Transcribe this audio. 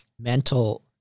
mental